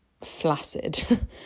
flaccid